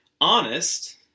honest